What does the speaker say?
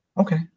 Okay